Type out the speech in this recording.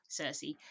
Cersei